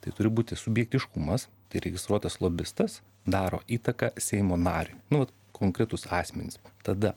tai turi būti subjektiškumas tai registruotas lobistas daro įtaką seimo nariui nu vat konkretūs asmenys tada